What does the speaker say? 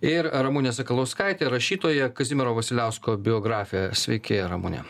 ir ramunė sakalauskaitė rašytoja kazimiero vasiliausko biografė sveiki ramune